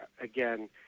again